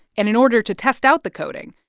and in order to test out the coating,